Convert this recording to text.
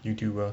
youtuber